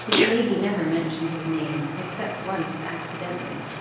his lady never mentioned his name, except once accidentally,